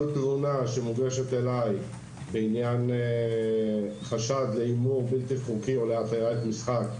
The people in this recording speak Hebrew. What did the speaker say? כל תלונה שמוגשת אליי בעניין חשד להימור בלתי חוקי או להטיית משחק,